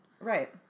Right